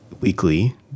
weekly